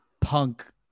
punk